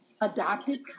Adopted